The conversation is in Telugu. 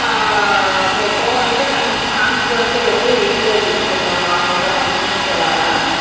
మేము పోవాలంటే కం కాంచీపురంకే వెళ్ళి చీరలు తీసుకుంటాం నార్మల్గా ఫంక్షన్స్కి అలాగా